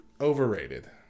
Overrated